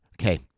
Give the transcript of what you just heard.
Okay